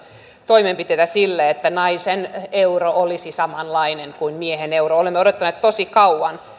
toimenpiteitä siihen että naisen euro olisi samanlainen kuin miehen euro olemme odottaneet tosi kauan